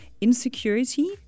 Insecurity